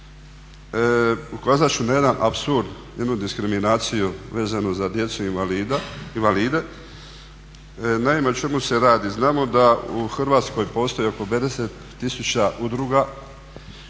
ukazat ću na jedan apsurd, jednu diskriminaciju vezanu za djecu invalide. Naime o čemu se radi? Znamo da u Hrvatskoj postoji oko 50 tisuća udruga